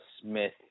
Smith